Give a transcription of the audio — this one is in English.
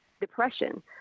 depression